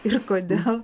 ir kodėl